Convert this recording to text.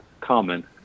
common